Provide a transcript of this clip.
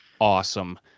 awesome